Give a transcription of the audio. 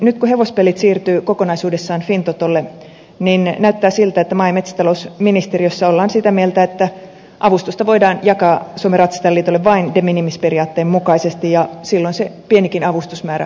nyt kun hevospelit siirtyvät kokonaisuudessaan fintotolle näyttää siltä että maa ja metsätalousministeriössä ollaan sitä mieltä että avustusta voidaan jakaa suomen ratsastajainliitolle de minimis periaatteen mukaisesti ja silloin se pienikin avustusmäärä puolittuisi